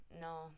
no